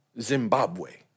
Zimbabwe